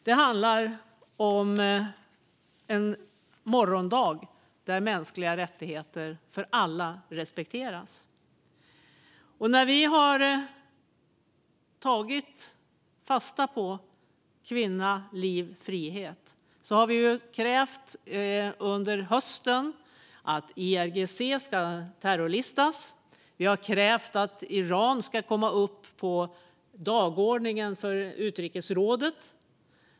Det handlar om en morgondag där mänskliga rättigheter för alla respekteras. När vi har tagit fasta på kvinna, liv, frihet har vi under hösten krävt att IRGC ska terrorlistas och att Iran ska komma upp på dagordningen för utrikesrådet.